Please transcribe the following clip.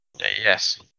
Yes